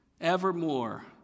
evermore